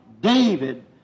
David